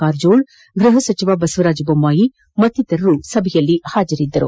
ಕಾರಜೋಳ ಗೃಹ ಸಚಿವ ಬಸವರಾಜ ಬೊಮ್ಮಾಯಿ ಮತ್ತಿತರರು ಸಭೆಯಲ್ಲಿ ಹಾಜರಿದ್ದರು